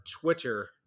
Twitter